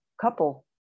couple